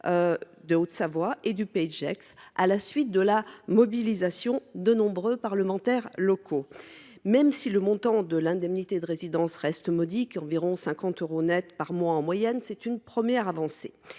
de Haute Savoie et du Pays de Gex, à la suite de la mobilisation de nombreux parlementaires locaux. Même si le montant de cette indemnité reste modique, environ 50 euros net par mois en moyenne, c’est une première avancée.